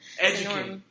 Educate